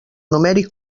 numèric